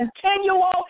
continual